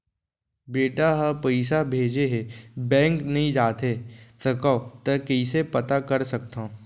बेटा ह पइसा भेजे हे बैंक नई जाथे सकंव त कइसे पता कर सकथव?